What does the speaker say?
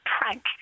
prank